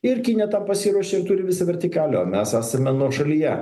ir kinija tam pasiruošė turi visą vertikalę o mes esame nuošalyje